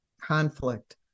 conflict